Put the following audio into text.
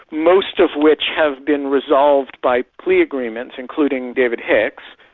most of which have been resolved by plea agreements, including david hicks.